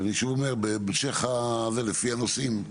ואני שוב אומר, בהמשך, לפי הנושאים,